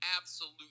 absolute